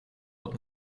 dat